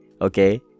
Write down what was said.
Okay